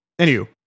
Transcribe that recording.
anywho